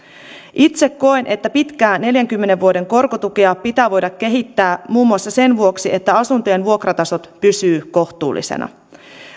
itse koen että pitkää neljänkymmenen vuoden korkotukea pitää voida kehittää muun muassa sen vuoksi että asuntojen vuokratasot pysyvät kohtuullisina